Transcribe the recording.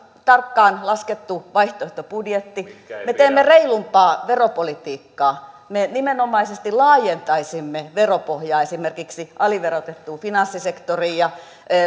tarkkaan laskettu vaihtoehtobudjetti me teemme reilumpaa veropolitiikkaa me nimenomaisesti laajentaisimme veropohjaa esimerkiksi aliverotettuun finanssisektoriin ja